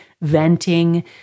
venting